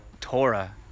Torah